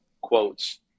quotes